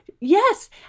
yes